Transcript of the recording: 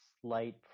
slight